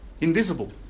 invisible